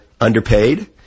underpaid